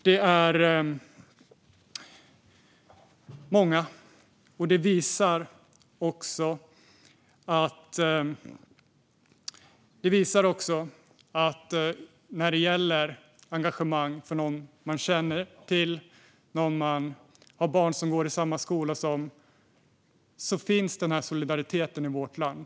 Det är många, och det visar också att när det gäller engagemang för någon man känner till, någon som går i samma skola som ens barn, finns den här solidariteten i vårt land.